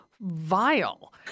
vile